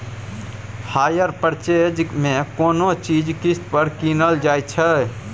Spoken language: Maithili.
हायर पर्चेज मे कोनो चीज किस्त पर कीनल जाइ छै